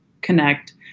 connect